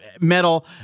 metal